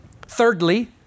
Thirdly